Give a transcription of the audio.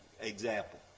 example